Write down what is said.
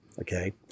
Okay